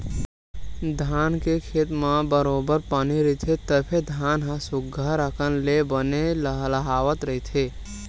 धान के खेत म बरोबर पानी रहिथे तभे धान ह सुग्घर अकन ले बने लहलाहवत रहिथे